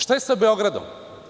Šta je sa Beogradom?